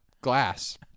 glass